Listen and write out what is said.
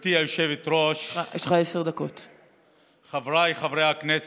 גברתי היושבת-ראש, חבריי חברי הכנסת,